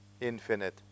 infinite